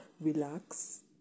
relax